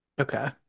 okay